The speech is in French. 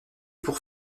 pour